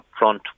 upfront